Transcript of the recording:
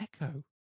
Echo